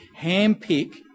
handpick